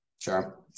Sure